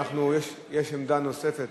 יש עמדה נוספת.